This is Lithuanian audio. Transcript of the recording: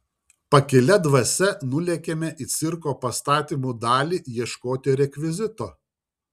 pakilia dvasia nulėkėme į cirko pastatymų dalį ieškoti rekvizito